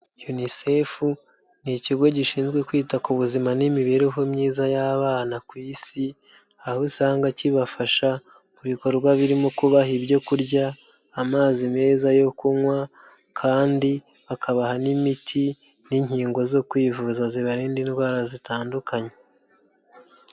Unicef ni ikigo gishinzwe kwita ku buzima n'imibereho myiza y'abana ku Isi, aho usanga kibafasha ku bikorwa birimo: kubaha ibyo kurya, amazi meza yo kunywa, kandi bakabaha n'imiti n'inkingo zo kwivuza zibarinda indwara zitandukanye.